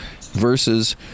Versus